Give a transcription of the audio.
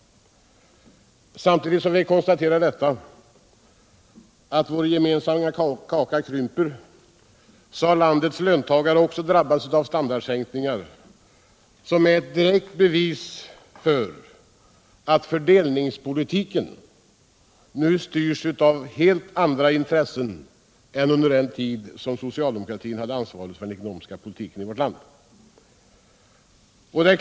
Samtidigt som vi konstaterar att vår gemensamma kaka krymper har landets löntagare också drabbats av standardsänkningr, som är ett direkt bevis för att fördelningspolitiken nu styrs av helt andra intressen än under den tid socialdemokratin hade ansvaret för den ekonomiska politiken i vårt land.